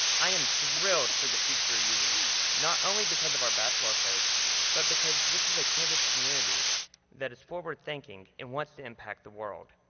i am thrilled for the future ue, not only because of our basketball coach but because this is a campus community that is forward thinking and wants to impact the world.